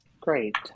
Great